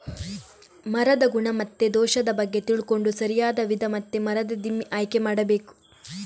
ಮರದ ಗುಣ ಮತ್ತೆ ದೋಷದ ಬಗ್ಗೆ ತಿಳ್ಕೊಂಡು ಸರಿಯಾದ ವಿಧ ಮತ್ತೆ ಮರದ ದಿಮ್ಮಿ ಆಯ್ಕೆ ಮಾಡಬೇಕು